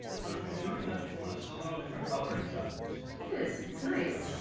course, we've shown you that before. this is a little different color inside, which it is, it's nice.